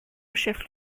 chef